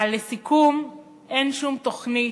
לסיכום, אין שום תוכנית,